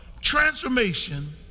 transformation